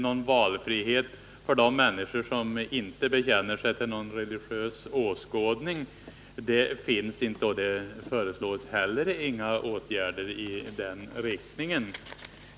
Men valfrihet för de människor som inte bekänner sig till någon religiös åskådning finns inte, och det föreslås inte heller åtgärder i den riktningen.